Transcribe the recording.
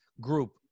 group